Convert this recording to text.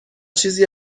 چیزی